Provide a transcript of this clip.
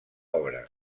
obra